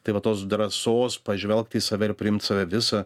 tai vat tos drąsos pažvelgt į save ir priimt save visą